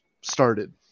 started